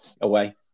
away